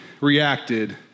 reacted